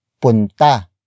punta